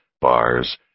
bars